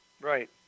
Right